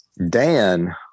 Dan